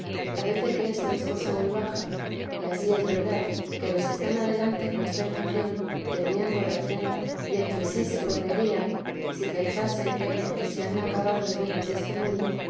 parece que esto es cosa muy baja y ansí es verdad que los que están adelante en más perfección temían por afrenta y entre sí se correrían si pensasen que porque se han de acabar los bienes de este mundo